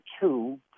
two